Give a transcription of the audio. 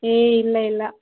A ಇಲ್ಲ ಇಲ್ಲ